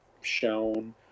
shown